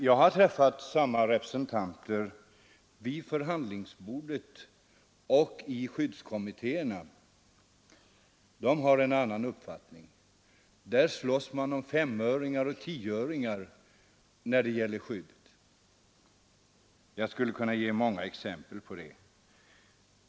Jag har träffat moderatrepresentanter vid förhandlingsbordet och i skyddskommittéerna. De har en annan uppfattning. Där slåss man om S-öringar och 10-öringar när det gäller skyddet. Jag skulle kunna ge många exempel på det.